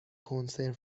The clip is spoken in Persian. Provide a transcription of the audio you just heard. کنسرو